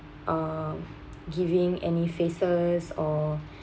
uh giving any faces or